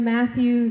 Matthew